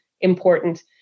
important